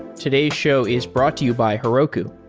today's show is brought to you by heroku,